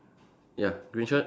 ya green shirt